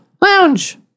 lounge